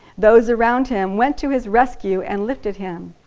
those around him went to his rescue and lifted him.